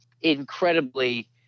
incredibly